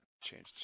change